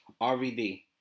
RVD